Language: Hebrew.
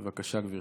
בבקשה, גברתי.